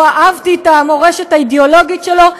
אהבתי את המורשת האידיאולוגית שלו,